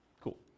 Cool